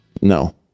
No